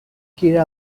kira